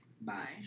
Bye